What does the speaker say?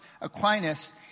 Aquinas